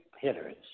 hitters